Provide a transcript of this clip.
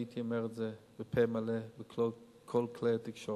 הייתי אומר את זה בפה מלא בכל כלי התקשורת.